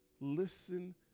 Listen